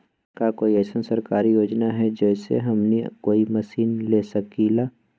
का कोई अइसन सरकारी योजना है जै से हमनी कोई मशीन ले सकीं ला?